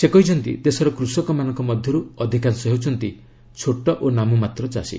ସେ କହିଛନ୍ତି ଦେଶର କୃଷକମାନଙ୍କ ମଧ୍ୟରୁ ଅଧିକାଂଶ ହେଉଛନ୍ତି ଛୋଟ ଓ ନାମମାତ୍ର ଚାଷୀ